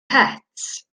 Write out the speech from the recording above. het